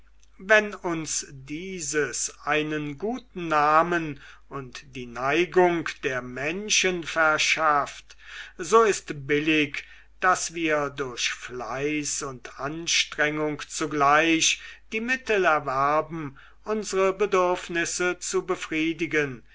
wenn uns dieses einen guten namen und die neigung der menschen verschafft so ist billig daß wir durch fleiß und anstrengung zugleich die mittel erwerben unsre bedürfnisse zu befriedigen